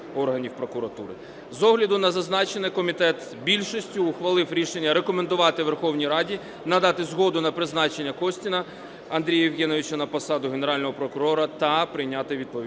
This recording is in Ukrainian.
З огляду на зазначене комітет більшістю ухвалив рішення рекомендувати Верховній Раді надати згоду на призначення Костіна Андрія Євгеновича на посаду Генерального прокурора та прийняти відповідну